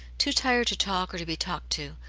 too tired to talk or to be talked to,